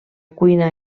cuina